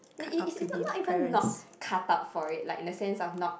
it it it's not even not cut out for it like in the sense of not